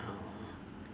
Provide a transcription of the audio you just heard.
uh